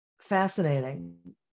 fascinating